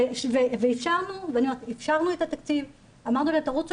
אפשרנו את התקציב ואמרנו להם 'תרוצו